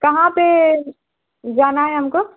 کہاں پہ جانا ہے ہم کو